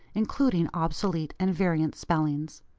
including obsolete and variant spellings.